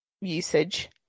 usage